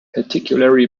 particularly